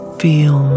feel